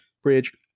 bridge